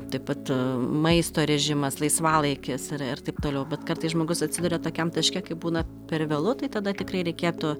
taip pat maisto režimas laisvalaikis yra ir taip toliau bet kartais žmogus atsiduria tokiam taške kai būna per vėlu tai tada tikrai reikėtų